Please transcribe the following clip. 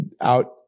out